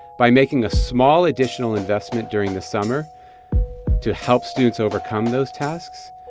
by making a small additional investment during the summer to help students overcome those tasks,